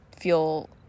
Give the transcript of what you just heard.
feel